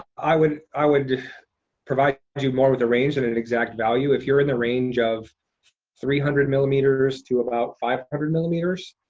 i would i would provide you more with a range than an exact value. if you're in the range of three hundred millimeters to about five hundred millimeters,